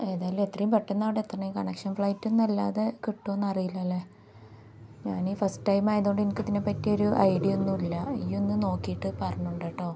ഏതായാലും എത്രയും പെട്ടെന്ന് അവിടെ എത്തണം ഈ കണക്ഷൻ ഫ്ലൈറ്റൊന്നുമല്ലാതെ കിട്ടുമൊയെന്നറിയില്ല അല്ലേ ഞാനീ ഫസ്റ്റ് ടൈം ആയതു കൊണ്ട് എനിക്ക് ഇതിനെ പറ്റിയൊരു ഐഡിയയൊന്നും ഇല്ല നീയൊന്നു നോക്കിയിട്ട് പറഞ്ഞു കൊണ്ടാ കേട്ടോ